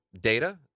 data